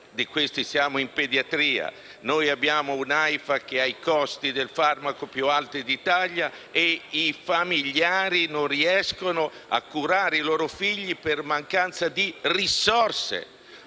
il costo. Siamo in pediatria: abbiamo un'AIFA con costi del farmaco più alti d'Europa e i familiari non riescono a curare i loro figli per mancanza di risorse.